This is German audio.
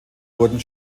wurden